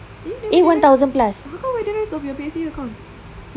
eh then where the rest how come your P_S_E_A account